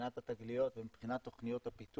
מבחינת התגליות ומבחינת תוכניות הפיתוח,